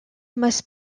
must